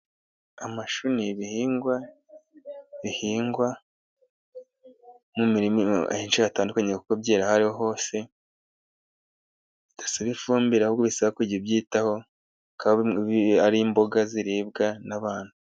Amashu ni ibihingwa bihingwa henshi hatandukanye kuko byera aho hose dasaba ifumbire irasaba kujya ibyitaho ari imboga ziribwa n'abantu